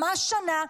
ממש שנה,